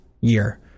year